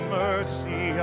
mercy